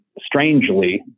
strangely